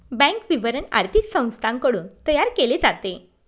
bank विवरण आर्थिक संस्थांकडून तयार केले जाते